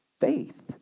faith